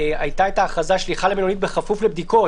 הייתה ההכרזה על שליחה למלונית בכפוף לבדיקות,